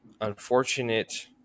unfortunate